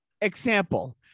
example